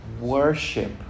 worship